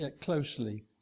closely